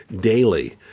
daily